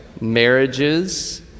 marriages